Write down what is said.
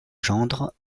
gendre